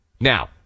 Now